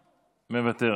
מוותר,